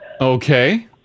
Okay